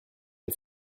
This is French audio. des